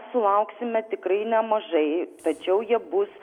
mes sulauksime tikrai nemažai tačiau jie bus